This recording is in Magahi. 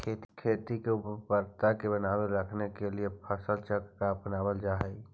खेतों की उर्वरता को बनाए रखने के लिए फसल चक्र को अपनावल जा हई